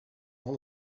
all